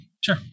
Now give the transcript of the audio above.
Sure